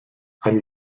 ein